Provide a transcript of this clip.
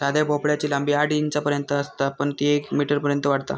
साध्या भोपळ्याची लांबी आठ इंचांपर्यंत असता पण ती येक मीटरपर्यंत वाढता